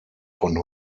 von